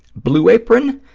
blue apron,